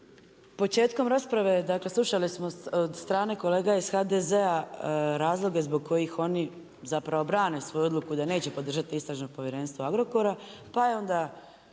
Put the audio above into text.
Početkom rasprave slušali smo od strane kolega iz HDZ-a razloge zbog kojih oni zapravo brane svoju odluku da neće podržati istražno povjerenstvo Agrokora, pa je onda